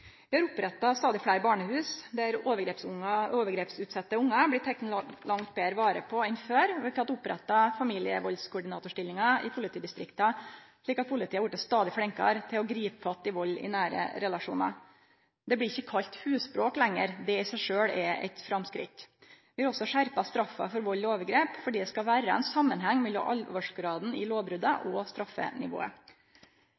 Vi har oppretta stadig fleire barnehus, der overgrepsutsette ungar blir tekne langt betre vare på enn før. Vi har fått oppretta familievaldskoordinatorstillingar i politidistrikta, slik at politiet har vorte stadig flinkare til å gripe fatt i vald i nære relasjonar. Det blir ikkje kalla husbråk lenger – det i seg sjølv er eit framskritt. Vi har også skjerpa straffa for vald og overgrep. Det skal vere ein samanheng mellom alvorsgraden i